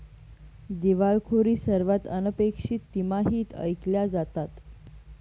दिवाळखोरी सर्वात अनपेक्षित तिमाहीत ऐकल्या जातात